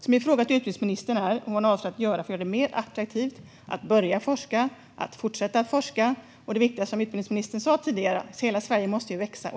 Min fråga till utbildningsministern är vad hon avser att göra för att göra det mer attraktivt att börja forska och att fortsätta forska. Det utbildningsministern sa tidigare är viktigt: Hela Sverige måste växa.